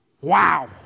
Wow